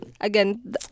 again